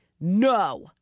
no